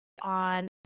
on